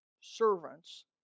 servants